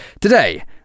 today